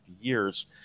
years